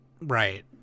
Right